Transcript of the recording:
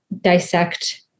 dissect